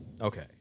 Okay